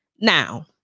Now